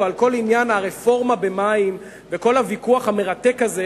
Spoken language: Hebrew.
על כל עניין הרפורמה במים ועל כל הוויכוח המרתק הזה,